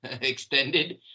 extended